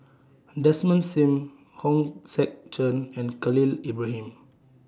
Desmond SIM Hong Sek Chern and Khalil Ibrahim